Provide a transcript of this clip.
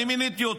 אני מיניתי אותו.